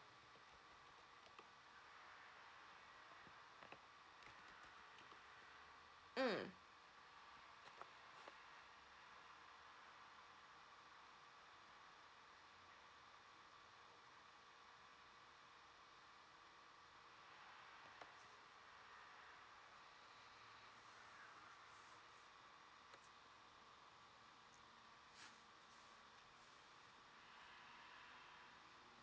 mm